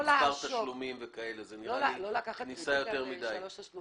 לא לקחת ריבית על שלושה תשלומים.